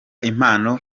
impano